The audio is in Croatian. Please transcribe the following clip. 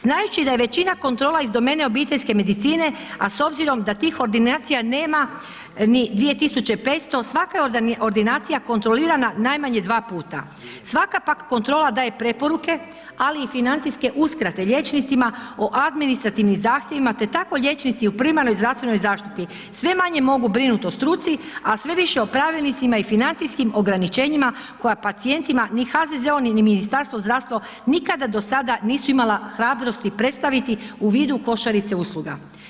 Znajući da je većina kontrola iz domene obiteljske medicine a s obzirom da tih ordinacija nema ni 2500, svaka je ordinacija kontrolirana najmanje 2x. Svaka pak kontrola daje preporuke ali i financijske uskrate liječnicima o administrativnim zahtjevima te tako liječnici u primarnoj zdravstvenoj zaštiti sve manje mogu brinuti o struci a sve više o pravilnicima i financijskim ograničenjima koja pacijentima ni HZZO ni Ministarstvo zdravstva nikada do sada nisu imala hrabrosti predstaviti u vidu košarice usluga.